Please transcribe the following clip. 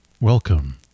Welcome